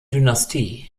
dynastie